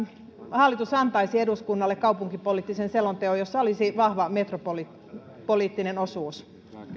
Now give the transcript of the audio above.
hallitus antaisi eduskunnalle kaupunkipoliittisen selonteon jossa olisi vahva metropolipoliittinen osuus